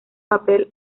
papel